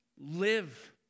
live